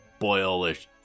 boilish